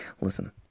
Listen